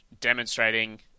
demonstrating